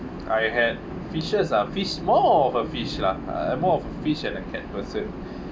I had fishes ah fish more of a fish lah uh more of fish and a cat person